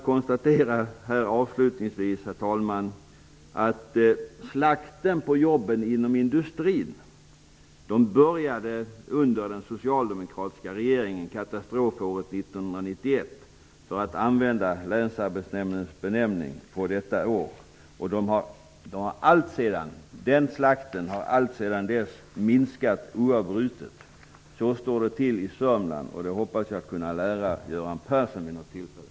Jag vill avslutningsvis konstatera att slakten på jobben inom industrin började under den socialdemokratiska regeringen katastrofåret 1991 -- för att använda Länsarbetsnämndens benämning på detta år. Den slakten har alltsedan dess minskat oavbrutet. Så står det till i Sörmland, och det hoppas jag kunna lära Göran Persson vid något tillfälle.